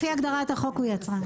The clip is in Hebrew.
לפי הגדרת החוק הוא יצרן.